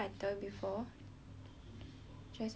jess and brady they together [one]